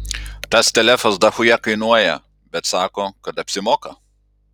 tas telefas dachuja kainuoja bet sako kad apsimoka